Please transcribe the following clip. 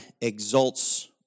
exalts